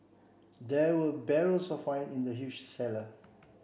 there were barrels of wine in the huge cellar